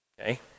Okay